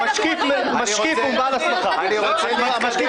אני רוצה